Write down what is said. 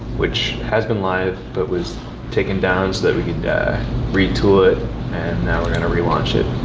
which has been live but was taken down so that we could retool it, and now we're going to relaunch it